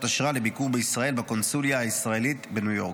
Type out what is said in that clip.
אשרה לביקור בישראל בקונסוליה הישראלית בניו יורק.